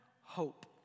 hope